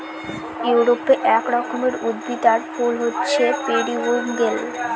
ইউরোপে এক রকমের উদ্ভিদ আর ফুল হছে পেরিউইঙ্কেল